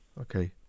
Okay